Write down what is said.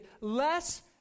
less